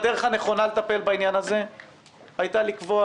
הדרך הנכונה לטפל בעניין הזה היא לקבוע